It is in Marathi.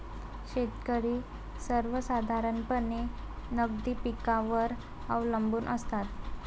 शेतकरी सर्वसाधारणपणे नगदी पिकांवर अवलंबून असतात